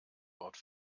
wort